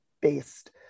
based